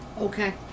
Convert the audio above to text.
Okay